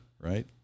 right